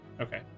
okay